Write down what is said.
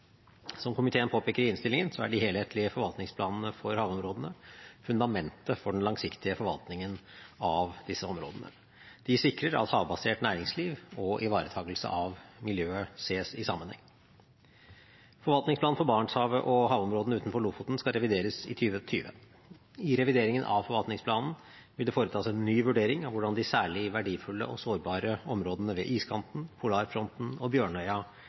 Som komiteen påpeker i innstillingen, er de helhetlige forvaltningsplanene for havområdene fundamentet for den langsiktige forvaltningen av disse områdene. De sikrer at havbasert næringsliv og ivaretakelse av miljøet ses i sammenheng. Forvaltningsplanen for Barentshavet og havområdene utenfor Lofoten skal revideres i 2020. I revideringen av forvaltningsplanen vil det foretas en ny vurdering av hvordan de særlig verdifulle og sårbare områdene ved iskanten, polarfronten og Bjørnøya